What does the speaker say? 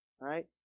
Right